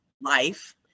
life